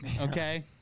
Okay